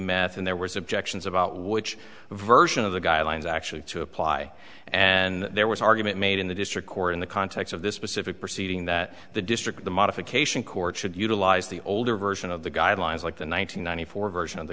meth and there was objections about which version of the guidelines actually to apply and there was an argument made in the district court in the context of this specific proceeding that the district the modification court should utilize the older version of the guidelines like the one thousand nine hundred four version of the